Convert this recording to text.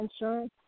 insurance